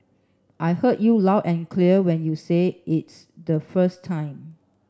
I heard you loud and clear when you say its the first time